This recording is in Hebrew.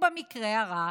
ובמקרה הרע,